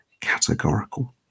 categorical